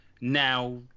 now